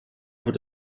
wird